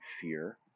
fear